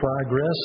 progress